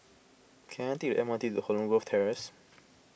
can I take the M R T to Holland Grove Terrace